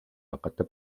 hakata